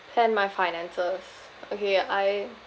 plan my finances okay I